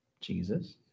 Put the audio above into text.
Jesus